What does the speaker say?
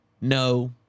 no